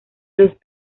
los